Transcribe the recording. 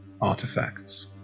artifacts